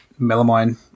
melamine